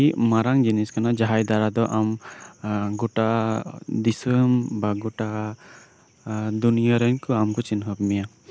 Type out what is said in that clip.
ᱟᱹᱰᱤ ᱢᱟᱨᱟᱝ ᱡᱤᱱᱤᱥ ᱠᱟᱱᱟ ᱡᱟᱸᱦᱟᱭ ᱫᱟᱨᱟᱭ ᱛᱮ ᱟᱢ ᱜᱚᱴᱟ ᱫᱤᱥᱚᱢ ᱵᱟ ᱜᱚᱴᱟ ᱫᱩᱱᱭᱟᱹ ᱨᱮᱱ ᱦᱚᱲ ᱟᱢ ᱠᱚ ᱪᱤᱱᱦᱟᱹᱣ ᱢᱮᱭᱟ